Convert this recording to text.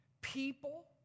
People